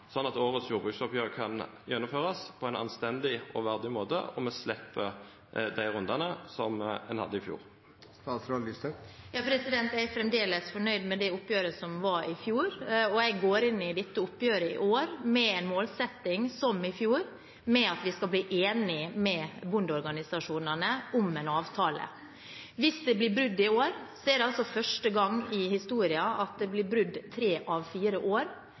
sånn at årets jordbruksoppgjør kan gjennomføres på en anstendig og verdig måte, og at vi slipper de rundene som en hadde i fjor. Jeg er fremdeles fornøyd med det oppgjøret som var i fjor, og jeg går inn i årets oppgjør med en målsetting – som i fjor – om at vi skal bli enige med bondeorganisasjonene om en avtale. Hvis det blir brudd i år, er det første gang i historien at det blir brudd i tre av fire år,